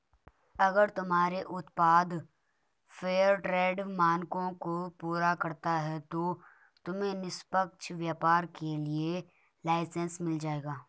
अगर तुम्हारे उत्पाद फेयरट्रेड मानकों को पूरा करता है तो तुम्हें निष्पक्ष व्यापार के लिए लाइसेन्स मिल जाएगा